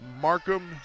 Markham